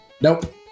Nope